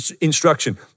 instruction